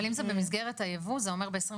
אבל אם זה במסגרת הייבוא, זה אומר ב-2023.